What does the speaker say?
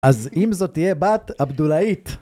אז אם זאת תהיה בת אבדולאית